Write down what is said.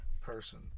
person